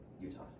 Utah